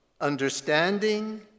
understanding